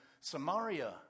Samaria